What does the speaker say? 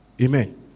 Amen